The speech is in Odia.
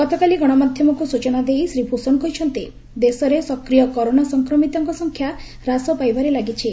ଗତକାଲି ଗଶମାଧ୍ୟମକୁ ସ୍ଟଚନା ଦେଇ ଶ୍ରୀ ଭୂଷଣ କହିଛନ୍ତି ଦେଶରେ ସକ୍ରିୟ କରୋନା ସଂକ୍ରମିତଙ୍କ ସଂଖ୍ୟା ହ୍ରାସ ପାଇବାରେ ଲାଗିଛି